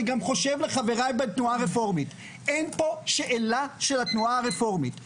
חבריי בתנועה הרפורמית: אין פה שאלה של התנועה הרפורמית.